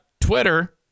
Twitter